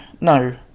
no